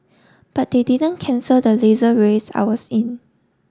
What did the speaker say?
but they didn't cancel the Laser Race I was in